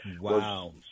Wow